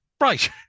right